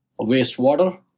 wastewater